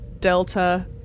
Delta